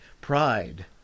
pride